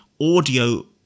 audio